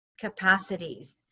capacities